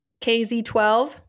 KZ12